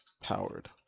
powered